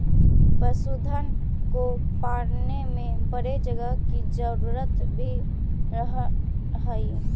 पशुधन को पालने में बड़े जगह की जरूरत भी रहअ हई